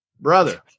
Brother